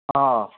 ꯑꯥ